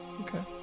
Okay